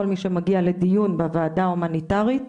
כל מי שמגיע לדיון בוועדה ההומניטרית,